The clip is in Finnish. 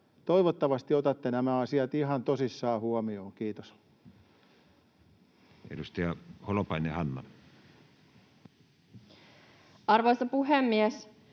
Toivottavasti otatte nämä asiat ihan tosissaan huomioon. — Kiitos. Edustaja Holopainen, Hanna. Arvoisa puhemies!